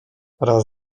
raz